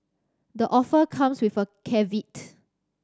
the offer comes with a caveat